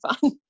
fun